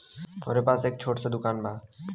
हमरे पास एक छोट स दुकान बा